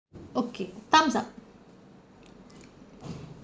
okay time's up